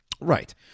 Right